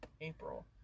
April